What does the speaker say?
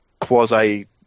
quasi